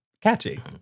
Catchy